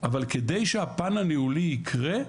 אבל כדי שהפן הניהולי יקרה,